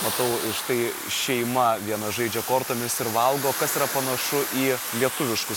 matau ir štai šeima vienas žaidžia kortomis ir valgo kas yra panašu į lietuviškus